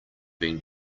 being